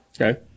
okay